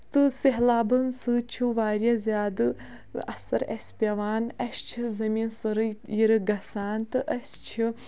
تہٕ سَہلابن سۭتۍ چھُ واریاہ زیادٕ اَثر اَسہِ پیٚوان اَسہِ چھُ زٔمیٖن سٲرٕے یِرٕ گژھان تہٕ اسۍ چھِ